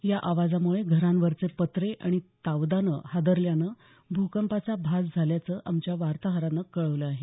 या आवाजामुळे घरांवरचे पत्रे तसंच तावदाने हादरल्यानं भूकंपाचा भास झाल्याचं आमच्या वार्ताहरानं कळवलं आहे